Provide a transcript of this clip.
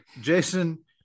jason